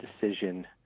decision